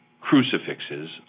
crucifixes